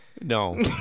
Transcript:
No